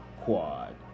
quad